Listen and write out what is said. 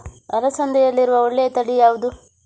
ಅಲಸಂದೆಯಲ್ಲಿರುವ ಒಳ್ಳೆಯ ತಳಿ ಯಾವ್ದು?